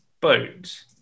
boat